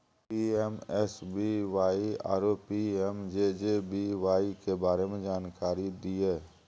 PMSBY आरो PMJJBY के बारे मे जानकारी दिय?